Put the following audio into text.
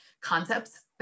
concepts